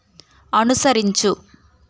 అనుసరించు